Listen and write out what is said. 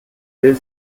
will